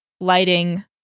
Lighting